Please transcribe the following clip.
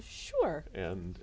sure and